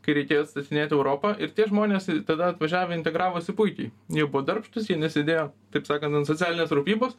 kai reikėjo atstatinėt europą ir tie žmonės tada atvažiavę integravosi puikiai jei buvo darbštūs jie nesėdėjo taip sakant ant socialinės rūpybos